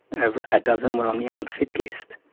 over a dozen were on the unfit list.